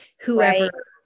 whoever